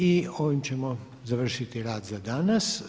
I ovime ćemo završiti rad za danas.